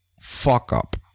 fuck-up